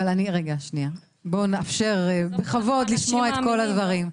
בוא נאפשר בכבוד לשמוע את כל הדברים.